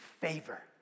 favor